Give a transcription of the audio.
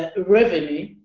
ah revenue